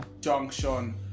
Junction